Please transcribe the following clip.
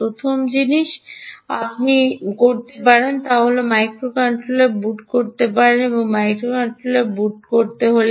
প্রথম জিনিস আপনি করতে পারেন আপনি মাইক্রোকন্ট্রোলার বুট করতে পারেন আপনি মাইক্রোকন্ট্রোলার বুট করতে পারেন